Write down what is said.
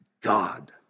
God